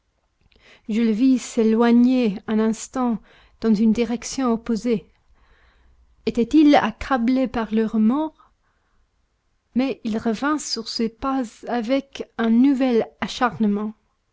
je le vis s'éloigner un instant dans une direction opposée était-il accablé par le remords mais il revint sur ses pas avec un nouvel acharnement